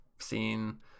seen